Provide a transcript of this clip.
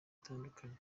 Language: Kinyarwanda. itandukanye